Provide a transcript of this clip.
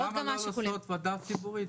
אבל למה לא לעשות וועדה ציבורית?